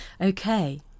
Okay